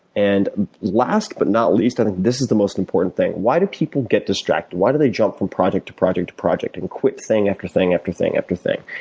and last but not least, i think this is the most important why why do people get distracted? why do they jump from project to project to project and quit thing after thing after thing after thing?